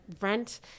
Rent